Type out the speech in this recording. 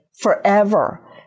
forever